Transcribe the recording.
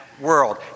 world